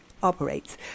operates